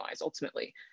ultimately